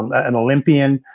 um an olympian.